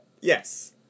Yes